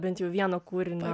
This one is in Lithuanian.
bent jau vieno kūrinio